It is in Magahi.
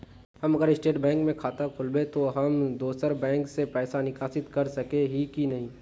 अगर हम स्टेट बैंक में खाता खोलबे तो हम दोसर बैंक से पैसा निकासी कर सके ही की नहीं?